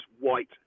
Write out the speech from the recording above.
white